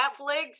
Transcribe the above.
Netflix